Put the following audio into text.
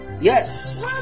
Yes